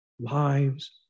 lives